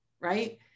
right